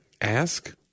Ask